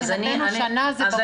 מבחינתנו ברור ששנה זה סביר.